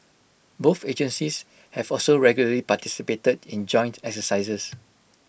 both agencies have also regularly participated in joint exercises